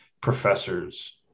professors